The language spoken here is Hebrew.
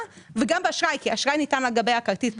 וגם באשראי האשראי ניתן על גבי הכרטיס,